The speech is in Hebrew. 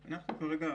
כרגע,